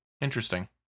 Interesting